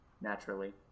naturally